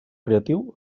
creatiu